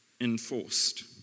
enforced